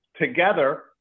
together